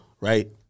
right